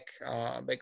back